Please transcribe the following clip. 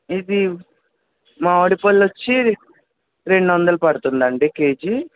ఇవి మామిడిపళ్ళొచ్చి రెండొందలు పడుతుందండి కేజీ